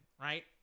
right